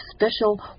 special